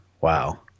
Wow